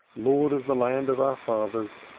lord of the land of our fathers,